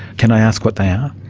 can i ask what they are?